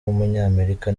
w’umunyamerika